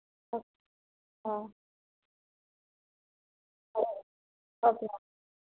ఒక్ హ ఓకే